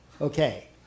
Okay